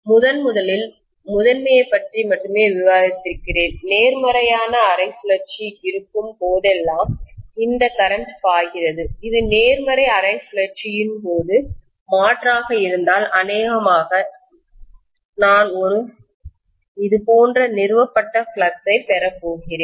முதன்முதலில் முதன்மையைப் பற்றி மட்டுமே விவாதிக்கிறேன் நேர்மறையான அரை சுழற்சி இருக்கும் போதெல்லாம் இந்த கரண்ட் பாய்கிறது இது நேர்மறை அரை சுழற்சியின் போது மாற்றாக இருந்தால் அநேகமாக நான் ஒரு இது போன்ற நிறுவப்பட்ட ஃப்ளக்ஸ் ஐ பெறப்போகிறேன்